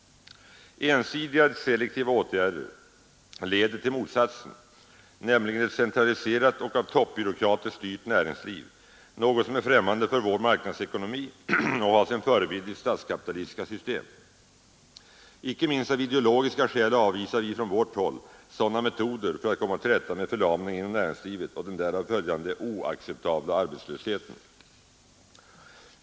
Ensidiga selektiva åtgärder leder till motsatsen, nämligen ett centraliserat och av toppbyråkrater styrt näringsliv, något som är främmande för vår marknadsekonomi och har sin förebild i statskapitalistiska system. Icke minst av ideologiska skäl avvisar vi från vårt håll sådana metoder för att komma till rätta med förlamningen inom näringslivet och den därav följande oacceptabla arbetslösheten.